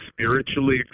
spiritually